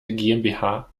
gmbh